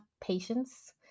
patience